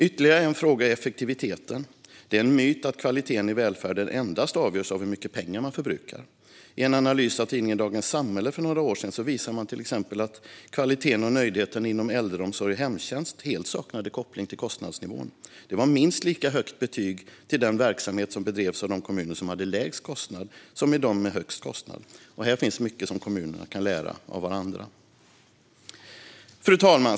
Ytterligare en fråga är effektiviteten. Det är en myt att kvaliteten i välfärden endast avgörs av hur mycket pengar man förbrukar. I en analys av tidningen Dagens Samhälle för några år sedan visade man att kvaliteten och nöjdheten inom äldreomsorg och hemtjänst helt saknade koppling till kostnadsnivån. Det var minst lika högt betyg till den verksamhet som bedrevs av de kommuner som hade lägst kostnad som av kommunerna med högst kostnad. Här finns mycket som kommunerna kan lära av varandra. Fru talman!